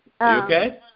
okay